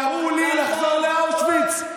קראו לי לחזור לאושוויץ.